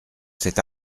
cet